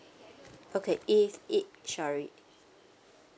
okay if it sorry